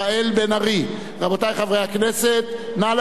רבותי חברי הכנסת, נא להצביע, מי בעד?